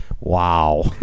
Wow